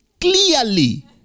Clearly